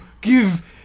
give